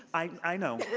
i know.